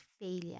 failure